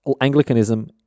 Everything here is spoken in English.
Anglicanism